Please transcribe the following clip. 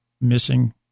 missing